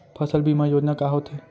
फसल बीमा योजना का होथे?